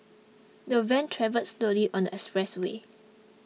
the van travelled slowly on the expressway